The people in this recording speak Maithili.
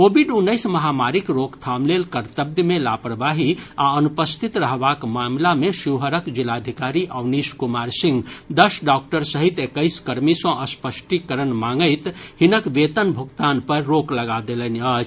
कोविड उन्नैस महामारीक रोकथाम लेल कर्तव्य मे लापरवाही आ अनुपस्थित रहबाक मामिला मे शिवहरक जिलाधिकारी अवनीश कुमार सिंह दस डॉक्टर सहित एक्कैस कर्मी सॅ स्पष्टीकरण मांगैत हिनक वेतन भुगतान पर रोक लगा देलनि अछि